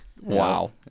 wow